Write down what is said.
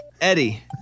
Eddie